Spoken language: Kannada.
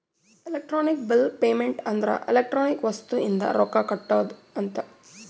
ಎಲೆಕ್ಟ್ರಾನಿಕ್ ಬಿಲ್ ಪೇಮೆಂಟ್ ಅಂದ್ರ ಎಲೆಕ್ಟ್ರಾನಿಕ್ ವಸ್ತು ಇಂದ ರೊಕ್ಕ ಕಟ್ಟೋದ ಅಂತ